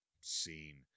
scene